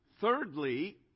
Thirdly